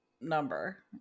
number